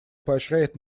поощряет